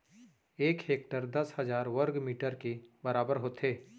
एक हेक्टर दस हजार वर्ग मीटर के बराबर होथे